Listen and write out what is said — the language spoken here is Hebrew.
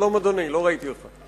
שלום, אדוני, לא ראיתי אותך.